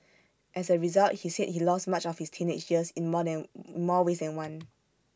as A result he said he lost much of his teenage years in more than more ways than one